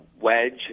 wedge